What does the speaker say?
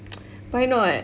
why not